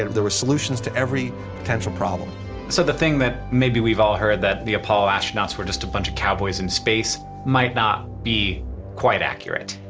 there was solutions to every potential problem. hank so the thing that maybe we've all heard that the apollo astronauts were just a bunch of cowboys in space might not be quite accurate.